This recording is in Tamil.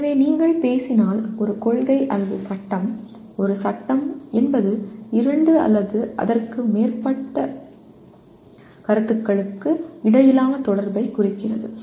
எனவே நீங்கள் பேசினால் ஒரு கொள்கை அல்லது சட்டம் ஒரு சட்டம் என்பது இரண்டு அல்லது அதற்கு மேற்பட்ட கருத்துகளுக்கு இடையிலான தொடர்பைக் குறிக்கிறது